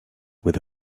with